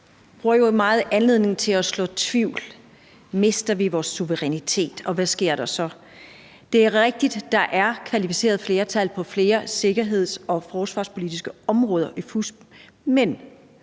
bruger jo meget anledningen til at så tvivl: Mister vi vores suverænitet, og hvad sker der så? Det er rigtigt, at der er kvalificeret flertal på flere sikkerheds- og forsvarspolitiske områder i FUSP, men